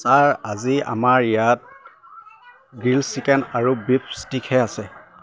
sir আজি আমাৰ ইয়াত গ্ৰিল্ড চিকেন আৰু বীফ ষ্টিকহে আছে